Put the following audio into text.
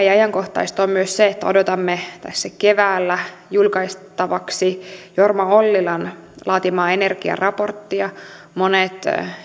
ja ajankohtaista on myös se että odotamme tässä keväällä julkaistavaksi jorma ollilan laatimaa energiaraporttia monet